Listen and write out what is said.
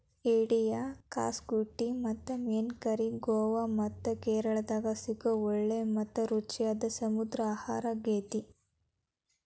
ಏಡಿಯ ಕ್ಸಾಕುಟಿ ಮತ್ತು ಮೇನ್ ಕರಿ ಗೋವಾ ಮತ್ತ ಕೇರಳಾದಾಗ ಸಿಗೋ ಒಳ್ಳೆ ಮತ್ತ ರುಚಿಯಾದ ಸಮುದ್ರ ಆಹಾರಾಗೇತಿ